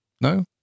No